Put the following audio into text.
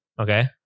okay